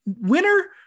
winner